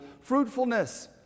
fruitfulness